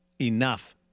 enough